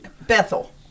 Bethel